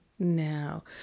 now